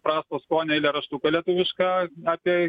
prasto skonio eilėraštuką lietuvišką apie